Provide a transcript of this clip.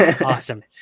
awesome